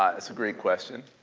ah it's a great question.